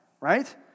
Right